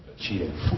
cheating